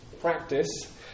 practice